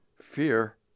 Fear